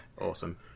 Awesome